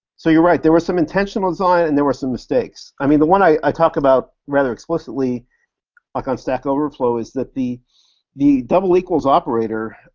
so you're right, there was some intentional design and there were some mistakes. i mean the one i talk about rather explicitly, like on stack overflow, is that the the double equals operator,